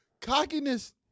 Cockiness